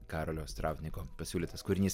karolio strauknieko pasiūlytas kūrinys